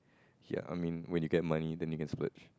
ya I mean when you get money then you can splurge